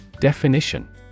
Definition